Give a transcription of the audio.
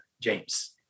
James